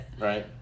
Right